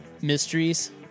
mysteries